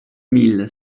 mille